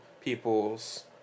people's